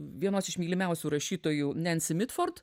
vienos iš mylimiausių rašytojųnensi mitford